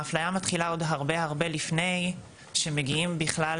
האפליה מתחילה עוד הרבה הרבה לפני שמגיעים בכלל